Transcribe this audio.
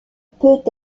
peut